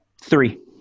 Three